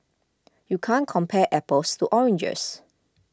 you can't compare apples to oranges